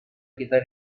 kita